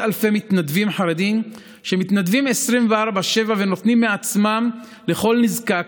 אלפי מתנדבים חרדים מתנדבים 24/7 ונותנים מעצמם לכל נזקק,